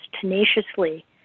tenaciously